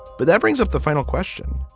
but that brings up the final question.